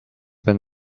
been